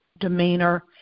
demeanor